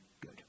good